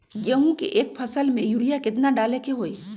गेंहू के एक फसल में यूरिया केतना डाले के होई?